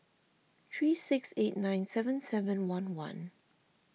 three six eight nine seven seven one one